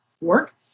work